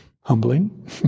humbling